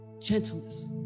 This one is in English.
gentleness